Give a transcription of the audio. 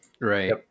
Right